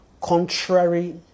contrary